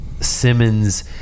simmons